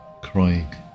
crying